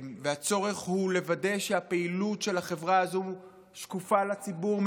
והצורך הוא לוודא שהפעילות של החברה הזו שקופה לציבור,